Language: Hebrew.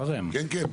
כן, כן.